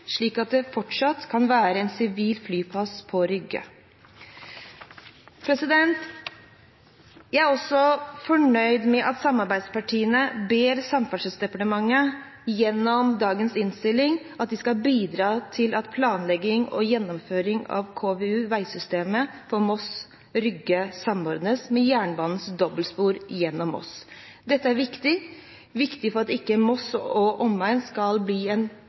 slik at det fortsatt kan være en sivil flyplass på Rygge. Jeg er også fornøyd med at samarbeidspartiene gjennom dagens innstilling ber Samferdselsdepartementet om å bidra til at planlegging og gjennomføring av KVU-veisystemet for Moss/Rygge samordnes med jernbanens dobbeltspor gjennom Moss. Dette er viktig – viktig for at ikke Moss og omegn skal bli en